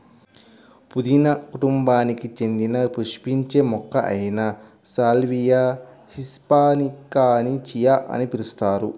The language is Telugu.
పుదీనా కుటుంబానికి చెందిన పుష్పించే మొక్క అయిన సాల్వియా హిస్పానికాని చియా అని పిలుస్తారు